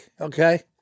okay